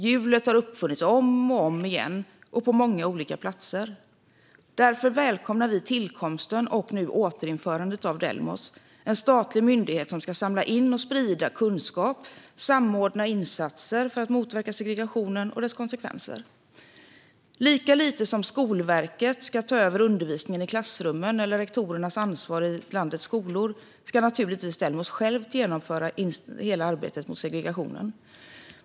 Hjulet har uppfunnits om och om igen och på många olika platser. Därför välkomnar vi tillkomsten och nu återinförandet av Delmos, en statlig myndighet som ska samla in och sprida kunskap och samordna insatser för att motverka segregationen och dess konsekvenser. Lika lite som Skolverket ska ta över undervisningen i klassrummen eller rektorernas ansvar i landets skolor ska Delmos självt genomföra hela arbetet mot segregationen.